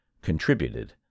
Contributed